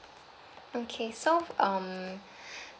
okay so um